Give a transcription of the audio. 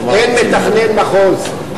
אין מתכנן מחוז.